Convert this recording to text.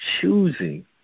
choosing